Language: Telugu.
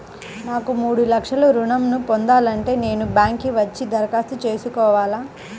నాకు మూడు లక్షలు ఋణం ను పొందాలంటే నేను బ్యాంక్కి వచ్చి దరఖాస్తు చేసుకోవాలా?